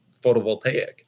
photovoltaic